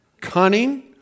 Cunning